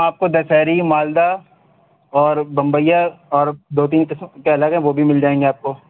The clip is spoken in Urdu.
آپ کو دشیری مالدہ اور بمبئیا اور دو تین قسم کے الگ ہیں وہ بھی مل جائیں گے آپ کو